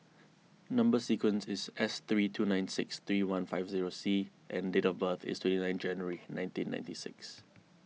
Number Sequence is S three two nine six three one five zero C and date of birth is twenty nine January nineteen ninety six